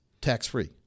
tax-free